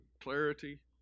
clarity